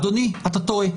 אדוני, אתה טועה.